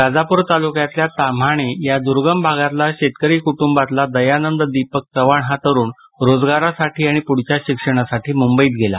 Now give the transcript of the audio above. राजापूर तालुक्यातल्या ताम्हाणे या दुर्गम भागातला शेतकरी कुटुंबातला दयानंद दीपक चव्हाण हा तरुण रोजगारासाठी आणि पुढच्या शिक्षणासाठी मुंबईत गेला